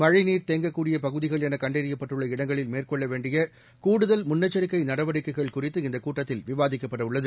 மழைநீர் தேங்கக்கூடியபகுதிகள் எனகண்டறியப்பட்டுள்ள இடங்களில் மேற்கொள்ளவேண்டியகூடுதல் முன்னெச்சரிக்கைநடவடிக்கைகள் குறித்து இந்தக் கூட்டத்தில் விவாதிக்கப்படவுள்ளது